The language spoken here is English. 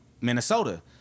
Minnesota